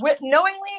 knowingly